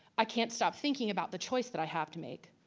i can't stop thinking about the choice that i have to make.